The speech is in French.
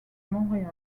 montréal